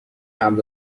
حمل